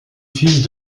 fils